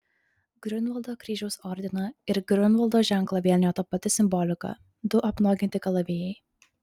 griunvaldo kryžiaus ordiną ir griunvaldo ženklą vienijo ta pati simbolika du apnuoginti kalavijai